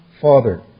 Father